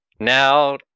Now